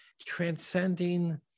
transcending